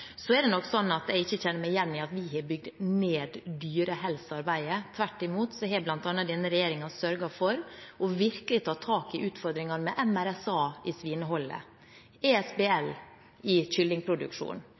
Så er det nok sånn at jeg ikke kjenner meg igjen i at vi har bygd ned dyrehelsearbeidet. Tvert imot har bl.a. denne regjeringen sørget for virkelig å ta tak i utfordringene med MRSA i svineholdet og ESBL i kyllingproduksjon